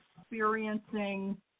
experiencing